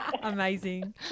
amazing